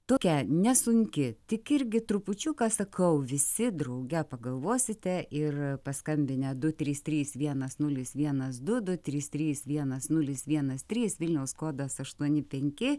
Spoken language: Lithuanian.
tokia nesunki tik irgi trupučiuką sakau visi drauge pagalvosite ir paskambinę du trys trys vienas nulis vienas du du trys trys vienas nulis vienas trys vilniaus kodas aštuoni penki